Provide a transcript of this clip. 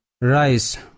Rice